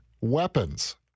weapons